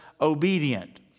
obedient